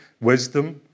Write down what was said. wisdom